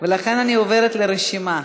ולכן אני עוברת לרשימה.